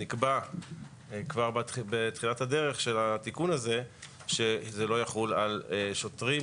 נקבע כבר בתחילת הדרך של התיקון הזה שזה לא יחול על שוטרים,